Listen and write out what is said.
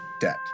debt